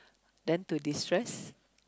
then to destress